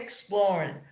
exploring